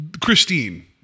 Christine